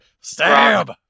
Stab